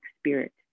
spirit